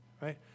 right